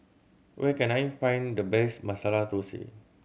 where can I find the best Masala Dosa